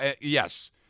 yes